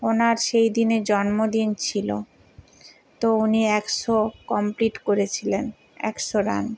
ওনার সেই দিনে জন্মদিন ছিলো তো উনি একশো কমপ্লিট করেছিলেন একশো রান